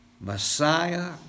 Messiah